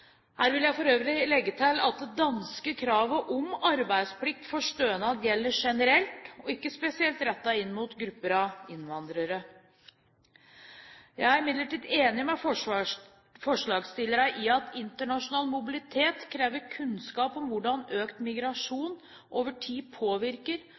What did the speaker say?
Her vil jeg for øvrig legge til at det danske kravet om arbeidsplikt for stønad gjelder generelt og er ikke spesielt rettet inn mot grupper av innvandrere. Jeg er imidlertid enig med forslagsstillerne i at internasjonal mobilitet krever kunnskap om hvordan økt